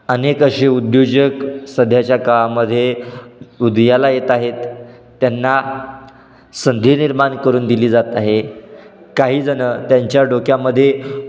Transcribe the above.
अनेक असे उद्योजक सध्याच्या काळामध्ये उदयाला येत आहेत त्यांना संधी निर्माण करून दिली जात आहे काहीजणं त्यांच्या डोक्यामध्ये